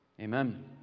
Amen